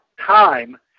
time